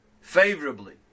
favorably